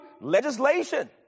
legislation